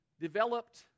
developed